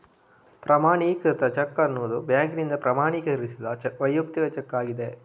ಪ್ರಮಾಣೀಕೃತ ಚೆಕ್ ಅನ್ನುದು ಬ್ಯಾಂಕಿನಿಂದ ಪ್ರಮಾಣೀಕರಿಸಿದ ವೈಯಕ್ತಿಕ ಚೆಕ್ ಆಗಿದೆ